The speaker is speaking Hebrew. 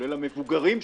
כולל המבוגרים שפה,